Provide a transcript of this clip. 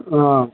हाँ